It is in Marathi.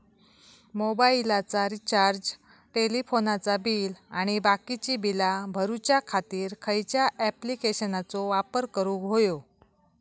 मोबाईलाचा रिचार्ज टेलिफोनाचा बिल आणि बाकीची बिला भरूच्या खातीर खयच्या ॲप्लिकेशनाचो वापर करूक होयो?